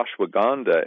ashwagandha